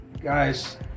guys